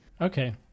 Okay